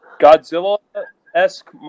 Godzilla-esque